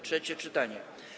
Trzecie czytanie.